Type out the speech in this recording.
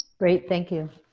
great, thank you.